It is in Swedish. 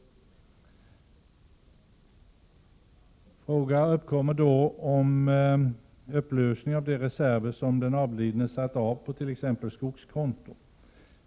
Fråga uppkommer då om upplösning av de reserver som den avlidne satt av på t.ex. skogskonto.